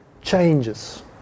changes